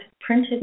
printed